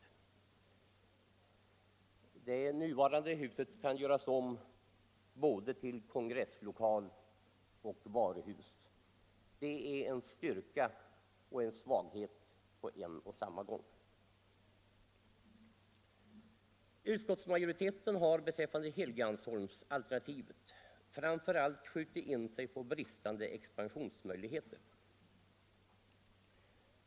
Det nuvarande huset kan göras om både till kongresslokal och till varuhus. Det är en styrka och en svaghet på en och samma gång. Utskottsmajoriteten har beträffande Helgeandsholmsalternativet framför allt skjutit in sig på bristande expansionsmöjligheter.